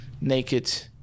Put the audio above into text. naked